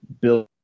build